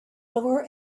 lower